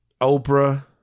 Oprah